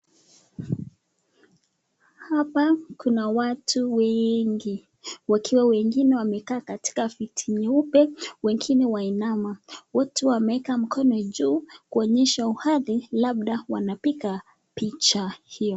Hapa kuna watu wengi wakiwa wengine wamekaa katika viti nyeupe, wengine wainama wote wameweka mikono juu, kuonyesha uhadhi labda wanapiga picha hiyo.